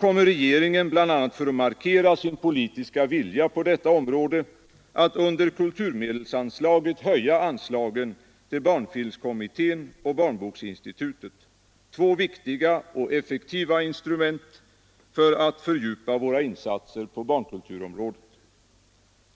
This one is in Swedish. kommer regeringen — bl.a. för att markera sin politiska vilja på detta område — att under kulturmedelsanslaget höja anslagen till barnfilmskommittén och barnboksinstitutet, två viktiga och effektiva instrument för att fördjupa våra insatser på barnkulturområdet.